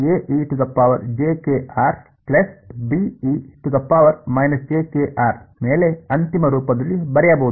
ಆದ್ದರಿಂದ ನಾನು ಇಲ್ಲಿ ಮೇಲೆ ಅಂತಿಮ ರೂಪದಲ್ಲಿ ಬರೆಯಬಹುದು